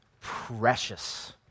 precious